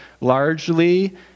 largely